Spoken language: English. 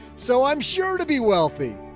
so i'm sure to be wealthy.